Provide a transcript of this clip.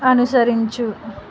అనుసరించు